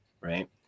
Right